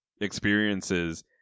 experiences